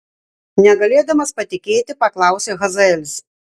negalėdamas patikėti paklausė hazaelis